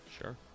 Sure